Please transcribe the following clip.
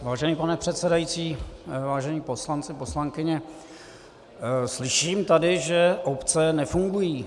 Vážený pane předsedající, vážení poslanci, poslankyně, slyším tady, že obce nefungují.